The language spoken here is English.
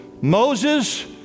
Moses